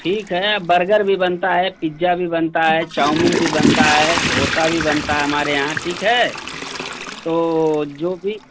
ठीक है बरगर भी बनता है पिज्जा भी बनता है चाउमीन भी बनता है डोसा भी बनता है हमारे यहाँ ठीक है तो जो भी